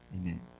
Amen